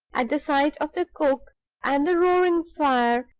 at the sight of the cook and the roaring fire,